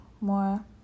more